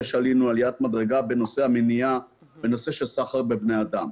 שעלינו עליית מדרגה בנושא המניעה בנושא של סחר בבני אדם,